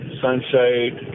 sunshade